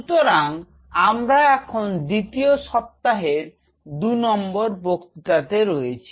সুতরাং আমরা এখন দ্বিতীয় সপ্তাহের দুনম্বর বক্তৃতাতে আছি